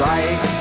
Right